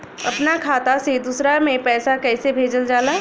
अपना खाता से दूसरा में पैसा कईसे भेजल जाला?